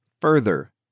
further